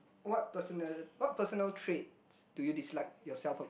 what personal what personal traits do you dislike yourself